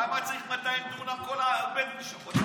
למה צריך 200 דונם, כל הבדואים שלך?